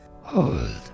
Hold